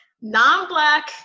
non-black